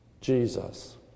Jesus